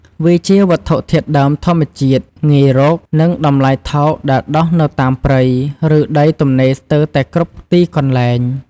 វាជាវត្ថុធាតុដើមធម្មជាតិ ងាយរក និងតម្លៃថោកដែលដុះនៅតាមព្រៃ ឬដីទំនេរស្ទើតែគ្រប់ទីកន្លែង។